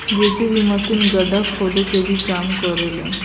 JCB machine गड्ढा खोदे के भी काम करे ला